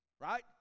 right